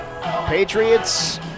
Patriots